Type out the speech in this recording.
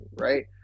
right